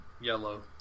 yellow